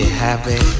happy